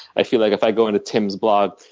i feel like if i go onto tim's blog,